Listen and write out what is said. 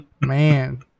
Man